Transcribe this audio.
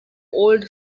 old